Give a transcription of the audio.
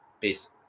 Peace